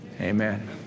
Amen